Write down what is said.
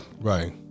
Right